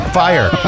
fire